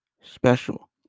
special